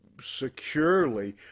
securely